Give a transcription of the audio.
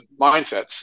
mindsets